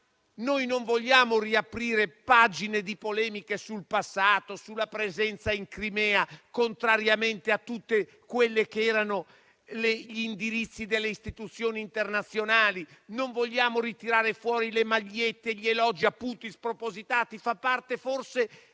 Noi non vogliamo riaprire pagine di polemiche sul passato, sulla presenza in Crimea, contrariamente a tutti gli indirizzi delle istituzioni internazionali; non vogliamo tirare fuori le magliette e gli elogi a Putin, spropositati.